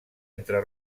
entre